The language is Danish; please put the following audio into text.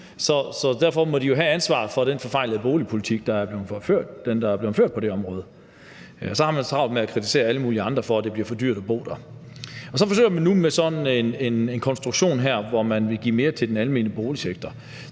Så derfor må de jo have ansvar for den forfejlede boligpolitik, der er blevet ført på det område. Og så har man så travlt med at kritisere alle mulige andre for, at det bliver for dyrt at bo der. Og så forsøger man nu med sådan en konstruktion her, hvor man vil give mere til den almene boligsektor.